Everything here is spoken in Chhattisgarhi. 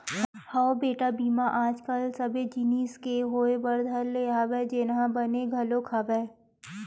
हव बेटा बीमा आज कल सबे जिनिस के होय बर धर ले हवय जेनहा बने घलोक हवय